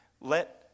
let